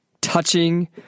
touching